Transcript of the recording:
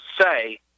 say